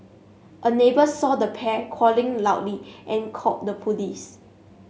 a neighbour saw the pair quarrelling loudly and called the police